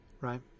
right